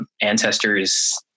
ancestors